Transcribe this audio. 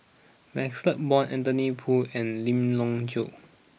Maxle Blond Anthony Poon and Lim Leong Geok